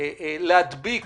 להדביק